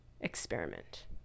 experiment